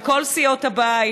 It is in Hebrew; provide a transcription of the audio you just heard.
מכל סיעות הבית,